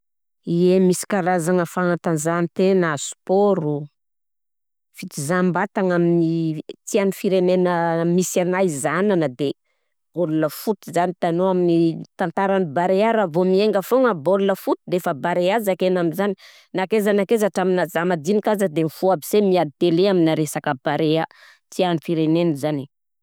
Ie, misy karazagna fagnantanjahantena, sport fitizam-batagna amin'ny tiàn'ny firenena misy anahy izahana de bôla foty zany, hitanao amin'ny tantaran'ny Barea raha vao miainga foana bôl foty defa Bare zakaina am'zany na akaiza na akaiza hatramina za madinika aza de mifôha aby se miady télé amina resaka Barea, tian'ny firenena zany e.